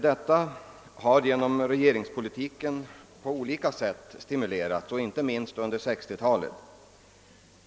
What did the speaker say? Detta har stimulerats på olika sätt genom regeringens politik, inte minst under 1960-talet.